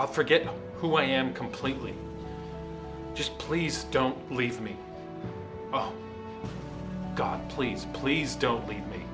i'll forget who i am completely just please don't leave me oh god please please don't leave me